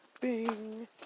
Bing